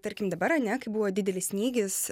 tarkim dabar ar ne kai buvo didelis snygis